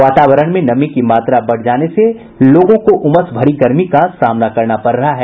वातावरण में नमी की मात्रा बढ़ जाने से लोगों को उमस भरी गर्मी का सामना करना पड़ रहा है